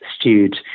stewed